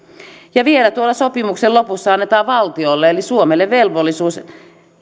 ja vielä tuolla sopimuksen lopussa annetaan valtiolle eli suomelle velvollisuus